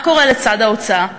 מה קורה לצד ההוצאה?